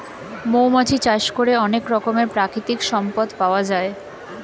মৌমাছি চাষ করে অনেক রকমের প্রাকৃতিক সম্পদ পাওয়া যায়